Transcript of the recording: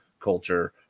culture